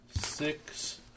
Six